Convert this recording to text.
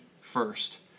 first